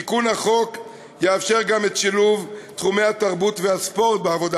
תיקון החוק יאפשר גם את שילוב תחומי התרבות והספורט בעבודה